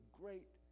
great